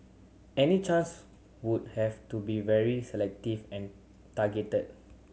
any chance would have to be very selective and targeted